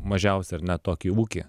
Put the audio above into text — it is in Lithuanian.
mažiausią ar ne tokį ūkį